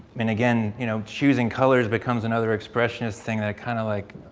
and again, you know choosing colors becomes another expressionist thing that kind of like,